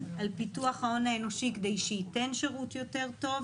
על פיתוח ההון האנושי כדי שייתן שירות יותר טוב,